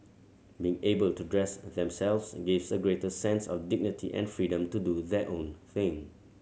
being able to dress themselves gives a greater sense of dignity and freedom to do their own thing